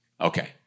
Okay